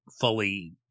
fully